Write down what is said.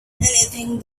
anything